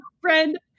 friend